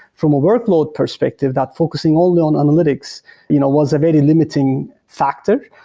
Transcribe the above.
from a workload perspective, that focusing only on analytics you know was a very limiting factor.